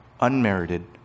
unmerited